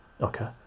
Okay